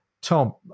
Tom